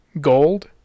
gold